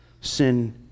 Sin